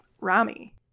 rami